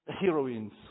heroines